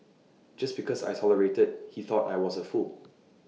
just because I tolerated he thought I was A fool